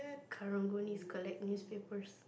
karang-guni collect newspapers